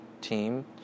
team